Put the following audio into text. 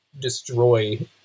destroy